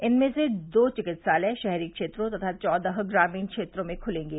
इनमें से दो चिकित्सालय शहरी क्षेत्रों तथा चौदह ग्रामीण क्षेत्रों में खुलेंगे